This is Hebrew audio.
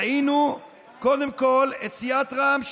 ראינו, קודם כול, את סיעת רע"מ שבורחת,